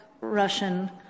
Russian